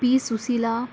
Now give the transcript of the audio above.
P Susheela